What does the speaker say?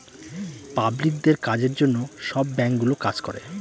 পাবলিকদের কাজের জন্য সব ব্যাঙ্কগুলো কাজ করে